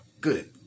Good